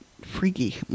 freaky